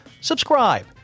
subscribe